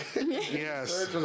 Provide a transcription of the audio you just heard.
Yes